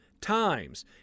times